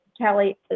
kelly